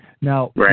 Now